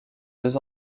deux